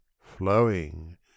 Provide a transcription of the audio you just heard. flowing